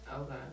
Okay